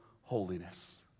holiness